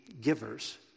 givers